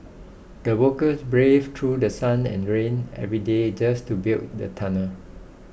the workers braved through The Sun and rain every day just to build the tunnel